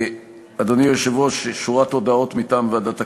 אדוני היושב-ראש, יש שורת הודעות מטעם ועדת הכנסת.